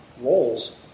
roles